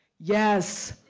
yes.